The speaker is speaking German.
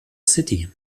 city